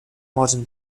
modern